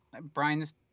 Brian's